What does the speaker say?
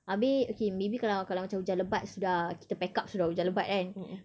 abeh okay maybe kalau kalau macam hujan lebat sudah kita pack up sudah hujan lebat kan